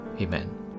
Amen